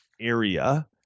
area